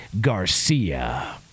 Garcia